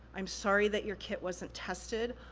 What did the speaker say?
i'm sorry that your kit wasn't tested,